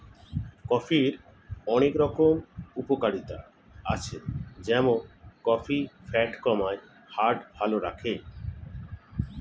কফির অনেক রকম উপকারিতা আছে যেমন কফি ফ্যাট কমায়, হার্ট ভালো রাখে